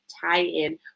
tie-in